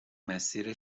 مسیر